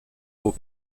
aux